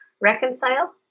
reconcile